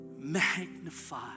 Magnify